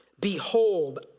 Behold